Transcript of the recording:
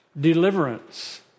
deliverance